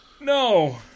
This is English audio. no